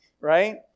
right